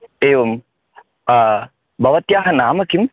एवं भवत्याः नाम किं